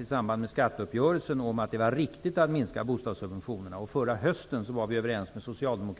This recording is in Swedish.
I samband med skatteuppgörelsen var vi dessutom överens med Socialdemokraterna om att det var riktigt att minska bostadssubventionerna, och förra hösten var vi eniga